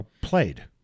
Played